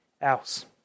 else